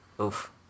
Oof